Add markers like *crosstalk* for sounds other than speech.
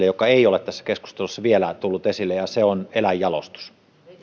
*unintelligible* joka ei ole tässä keskustelussa vielä tullut esille haluan nostaa tässä esille se on eläinjalostus